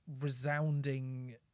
resounding